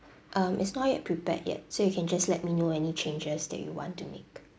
um it's not yet prepared yet so you can just let me know any changes that you want to make